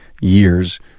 years